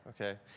Okay